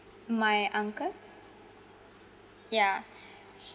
my uncle yeah